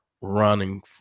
running